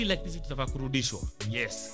Yes